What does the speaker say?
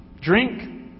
drink